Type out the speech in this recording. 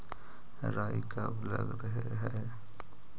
राई कब लग रहे है?